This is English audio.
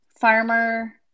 Farmer